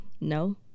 No